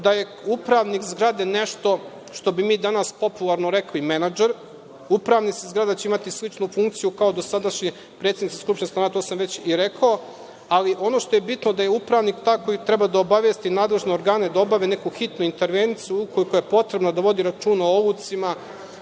da je upravnik zgrade nešto što bi mi danas popularno rekli menadžer. Upravnici zgrada će imati sličnu funkciju kao dosadašnji predsednici skupštine stanara, to sam već i rekao. Ono što je bitno je da je upravnik taj koji treba da obavesti nadležne organe da obave neku hitnu intervenciju, ukoliko je potrebno da vodi računa o olucima,